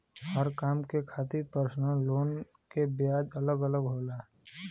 हर काम के खातिर परसनल लोन के ब्याज अलग अलग होला